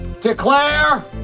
declare